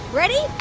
ready?